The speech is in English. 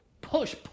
Push